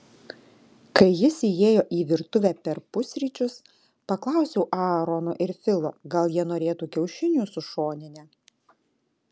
kai jis įėjo į virtuvę per pusryčius paklausiau aarono ir filo gal jie norėtų kiaušinių su šonine